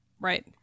Right